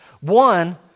One